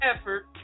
effort